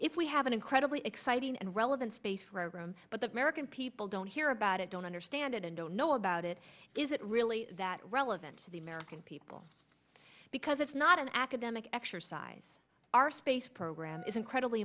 if we have an incredibly exciting and relevant space program but the american people don't hear about it don't understand it and don't know about it is it really that relevant to the american people because it's not an academic exercise our space program is incredibly